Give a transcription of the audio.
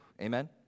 Amen